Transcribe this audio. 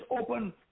Open